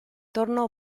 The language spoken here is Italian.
tornò